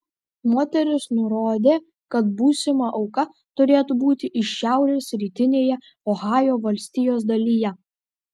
moteris nurodė kad būsima auka turėtų būti iš šiaurės rytinėje ohajo valstijos dalyje